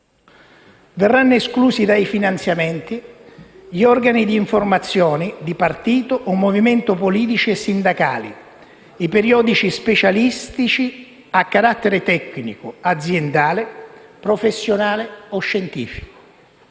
Verranno esclusi dai finanziamenti: gli organi di informazione di partiti o movimenti politici e sindacali; i periodici specialistici a carattere tecnico, aziendale, professionale o scientifico;